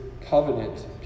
covenant